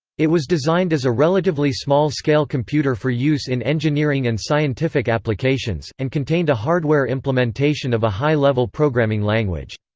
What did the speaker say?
it was designed as a relatively small-scale computer for use in engineering and scientific applications, and contained a hardware implementation of a high-level programming language.